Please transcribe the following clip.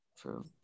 true